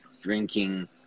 drinking